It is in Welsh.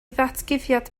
ddatguddiad